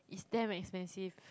is damn expensive